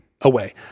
away